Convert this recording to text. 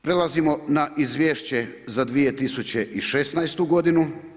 Prelazimo na izvješće za 2016. godinu.